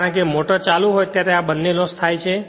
કારણ કે મોટર ચાલુ હોય ત્યારે આ બંને લોસ થાય છે